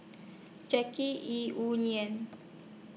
Jackie Yi Wu Ling